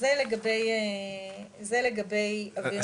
זה לגבי אויר נשוף.